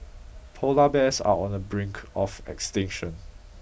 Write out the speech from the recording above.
polar bears are on the brink of extinction